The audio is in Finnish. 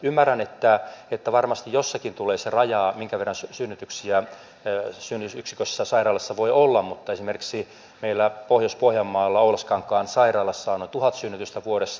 ymmärrän että varmasti jossakin tulee se raja minkä verran synnytyksiä synnytysyksikössä sairaalassa voi olla mutta esimerkiksi meillä pohjois pohjanmaalla oulaskankaan sairaalassa on noin tuhat synnytystä vuodessa